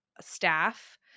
staff